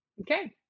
okay